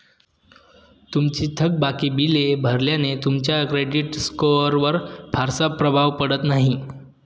तुमची थकबाकी बिले भरल्याने तुमच्या क्रेडिट स्कोअरवर फारसा प्रभाव पडत नाही